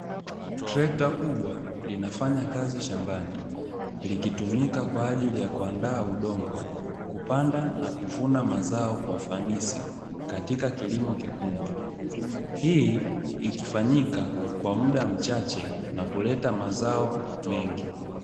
Trekta kubwa linafanya kazi shambani likitumika kwa ajili ya kuandaa udongo, kupanda na kuvuna mazao kwa ufanisi katika kilimo kikubwa, hii ikifanyika kwa muda mchache na kuleta mazao mengi.